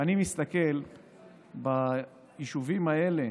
ואני מסתכל ביישובים האלה